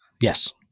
Yes